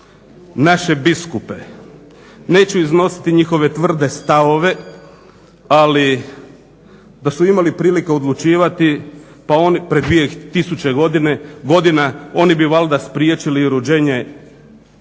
naše biskupe, neću iznositi njihove tvrde stavove, ali da su imali prilike odlučivati pa oni prije 2000 godina oni bi valjda spriječili i rođenje sina